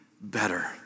better